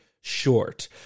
short